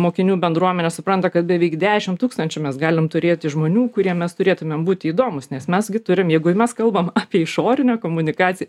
mokinių bendruomenė supranta kad beveik dešimt tūkstančių mes galim turėti žmonių kuriem mes turėtumėm būti įdomūs nes mes gi turime jeigu mes kalbam apie išorinę komunikaciją